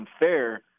unfair